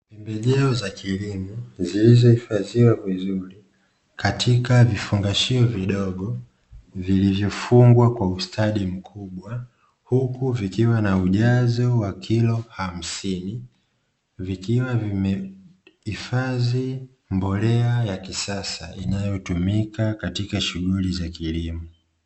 Pembejeo za kilimo zilizohifadhiwa vizuri katika vifungashio vidogo viivyofungwa kwa ustadi mkubwa, huku vikiwa na ujazo wa kilo hamsini vikiwa vimehifadhi mbolea ya kisasa inayotumika katika shughuli za kilimo.